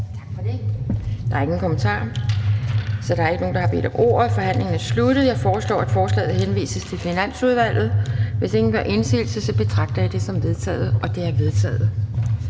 Tak for det. Der er ingen kommenterer. Da der ikke er flere, der har bedt om ordet, er forhandlingen sluttet. Jeg foreslår, at forslaget henvises til Finansudvalget. Hvis ingen gør indsigelse, betragter jeg det som vedtaget. Det er vedtaget.